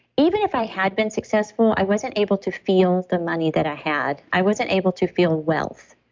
even if i had been successful, i wasn't able to feel the money that i had. i wasn't able to feel wealth.